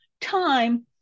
time